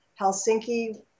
Helsinki